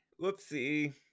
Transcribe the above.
whoopsie